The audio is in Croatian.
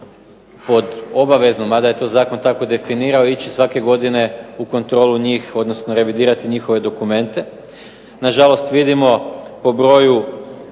pod obaveznom mada je to zakon tako definirao ići svake godine u kontrolu njih odnosno revidirati njihove dokumente. Nažalost, vidimo po broju